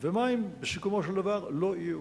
ומים, בסיכומו של דבר, לא יהיו.